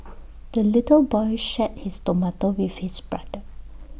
the little boy shared his tomato with his brother